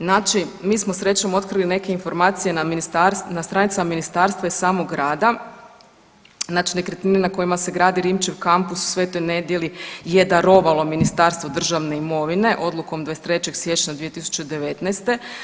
Znači mi smo srećom otkrili neke informacije na stranicama ministarstva i samog grada, znači nekretnine na kojima se gradi Rimčev kampus u Sv. Nedelji je darovalo Ministarstvo državne imovine odlukom 23. siječnja 2019.